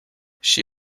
she